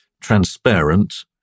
transparent